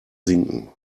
sinken